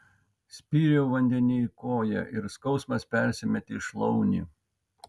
spyriau vandenyj koja ir skausmas persimetė į šlaunį